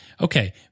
okay